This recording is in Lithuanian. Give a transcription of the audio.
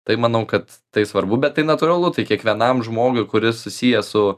tai manau kad tai svarbu bet tai natūralu tai kiekvienam žmogui kuris susijęs su